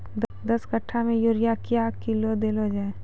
दस कट्ठा मे यूरिया क्या किलो देलो जाय?